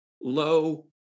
low